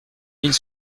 mille